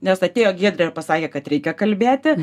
nes atėjo giedrė ir pasakė kad reikia kalbėti